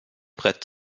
brett